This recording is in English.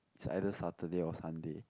so either Saturday or Sunday